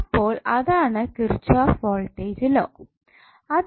അപ്പോൾ അതാണ് Kirchhoff voltage law Kirchhoff's voltage law